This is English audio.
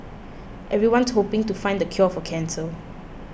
everyone hoping to find the cure for cancer